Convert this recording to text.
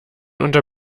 unter